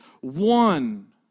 One